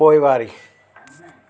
पोइवारी